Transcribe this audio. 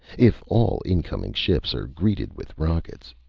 if all incoming ships are greeted with rockets.